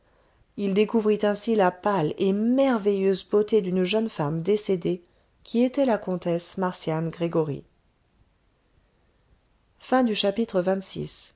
il découvrit ainsi la pâle et merveilleuse beauté d'une jeune femme décédée qui était la comtesse marcian gregoryi